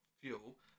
fuel